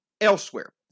elsewhere